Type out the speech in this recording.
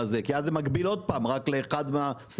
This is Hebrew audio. כי אז זה מגביל עוד פעם רק לאחד מהסעיפים.